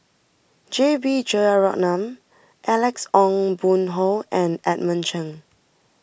J B Jeyaretnam Alex Ong Boon Hau and Edmund Cheng